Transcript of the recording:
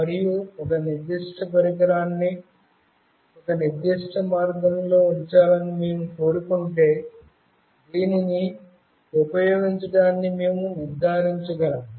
మరియు ఒక నిర్దిష్ట పరికరాన్ని ఒక నిర్దిష్ట మార్గంలో ఉంచాలని మేము కోరుకుంటే దీనిని ఉపయోగించడాన్ని మేము నిర్ధారించగలము